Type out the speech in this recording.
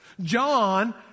John